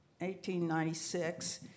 1896